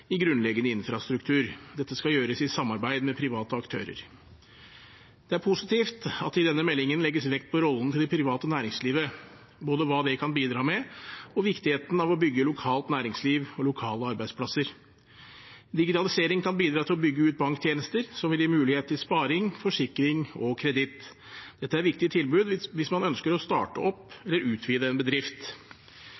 i grunnleggende infrastruktur. Dette skal gjøres i samarbeid med private aktører. Det er positivt at det i denne meldingen legges vekt på rollen til det private næringslivet – både hva det kan bidra med, og viktigheten av å bygge lokalt næringsliv og lokale arbeidsplasser. Digitalisering kan bidra til å bygge ut banktjenester, som vil gi mulighet til sparing, forsikring og kreditt. Dette er viktige tilbud hvis man ønsker å starte opp